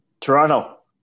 toronto